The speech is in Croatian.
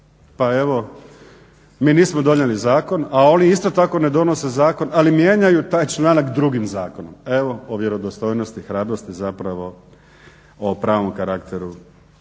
Pa evo mi nismo donijeli zakon, ali oni isto tako ne donose zakon ali mijenjaju taj članak drugim zakonom. Evo o vjerodostojnosti i hrabrosti zapravo o pravom karakteru